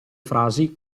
frasi